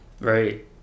Right